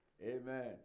Amen